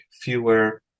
fewer